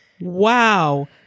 wow